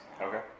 Okay